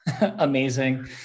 amazing